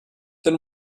then